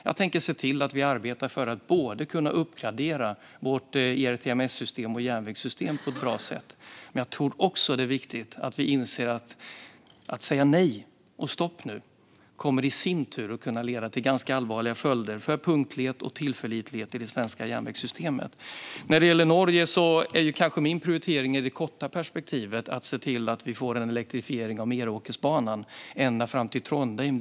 Jag tänker se till att vi arbetar för att kunna uppgradera både vårt ERTMS-system och vårt järnvägssystem på ett bra sätt. Men jag tror också att det är viktigt att inse detta: Att säga nej och stopp nu kommer i sin tur att kunna leda till ganska allvarliga följder för punktlighet och tillförlitlighet i det svenska järnvägssystemet. När det gäller Norge är kanske min prioritering i det korta perspektivet att se till att vi får en elektrifiering av Meråkerbanan ända fram till Trondheim.